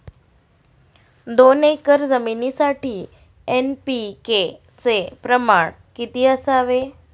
दोन एकर जमिनीसाठी एन.पी.के चे प्रमाण किती असावे?